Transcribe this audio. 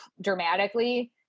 dramatically